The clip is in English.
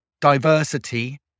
diversity